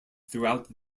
throughout